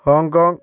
Hong Kong